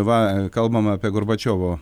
va kalbam apie gorbačiovo